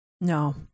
No